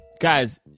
guys